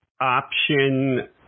option